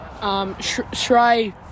Shrey